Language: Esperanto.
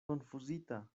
konfuzita